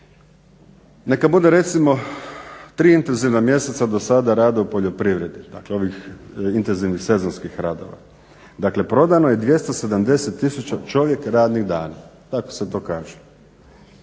Neka bude recimo tri intenzivna mjeseca do sada rada u poljoprivredi, dakle ovih intenzivnih sezonskih radova. Dakle prodano je 270 000 čovjek radnih dana, tako se to kaže.